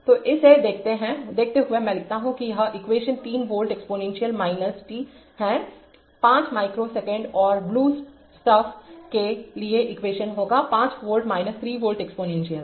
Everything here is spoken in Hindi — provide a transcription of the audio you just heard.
तो इसे देखते हुए मैं लिख सकता हूं कि यह इक्वेशन 3 वोल्ट एक्सपोनेंशियल t है 5माइक्रो सेकंड्स और ब्लू स्टफ के लिए इक्वेशन होगा ५ वोल्ट ३ वोल्ट एक्सपोनेंशियल